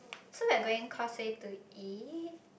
so we are going Causeway to eat